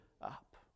up